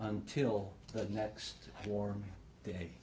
until the next warm day